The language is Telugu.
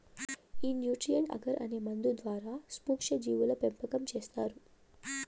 ఈ న్యూట్రీయంట్ అగర్ అనే మందు ద్వారా సూక్ష్మ జీవుల పెంపకం చేస్తారు